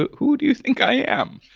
ah who do you think i am?